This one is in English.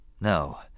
No